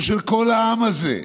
הוא של כל העם הזה,